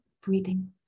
breathing